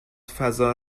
فضا